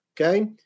okay